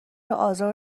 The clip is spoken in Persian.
آزار